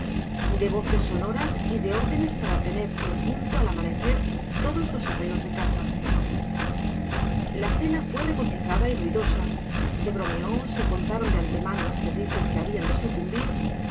de voces sonoras y de órdenes para tener en punto al amanecer todos los arreos de caza la cena fue regocijada y ruidosa se bromeó se contaron de antemano las perdices que habían de sucumbir